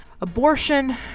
Abortion